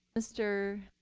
mr.